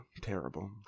terrible